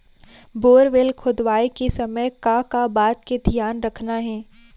Borewell खोदवाए के समय का का बात के धियान रखना हे?